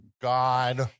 God